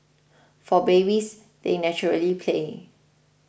for babies they naturally play